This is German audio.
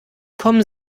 kommen